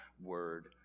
word